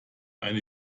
eine